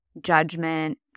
judgment